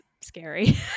scary